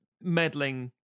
meddling